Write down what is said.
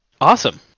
awesome